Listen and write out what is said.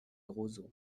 roseaux